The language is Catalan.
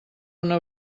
una